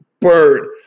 bird